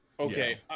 Okay